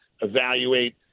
Evaluate